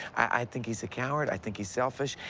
i think he's a coward. i think he's selfish.